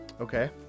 okay